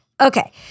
Okay